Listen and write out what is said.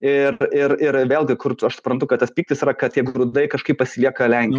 ir ir ir vėlgi kur aš suprantu kad tas pyktis yra kad tie grūdai kažkaip pasilieka lenkijoj